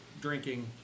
drinking